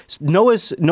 Noah's